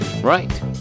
Right